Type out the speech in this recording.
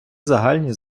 загальні